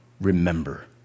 remember